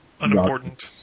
Unimportant